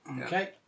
Okay